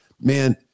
man